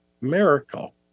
miracle